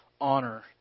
honor